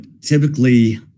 typically